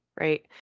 right